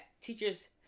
teachers